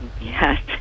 yes